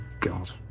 god